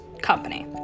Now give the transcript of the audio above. company